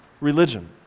religion